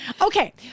Okay